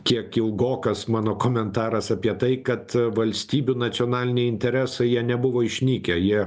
kiek ilgokas mano komentaras apie tai kad valstybių nacionaliniai interesai jie nebuvo išnykę jie